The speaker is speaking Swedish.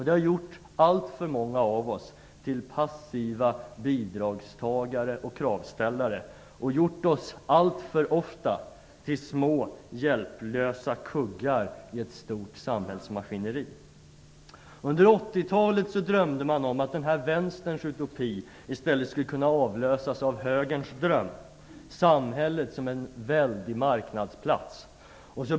Det har gjort alltför många av oss till passiva bidragstagare och kravställare och allför ofta gjort oss till små hjälplösa kuggar i ett stort samhällsmaskineri. Under 80-talet drömde man om att Vänsterns utopi i stället skulle kunna avlösas av Högerns dröm, samhället som en väldig marknadsplats.